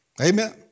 Amen